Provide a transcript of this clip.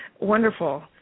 Wonderful